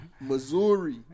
Missouri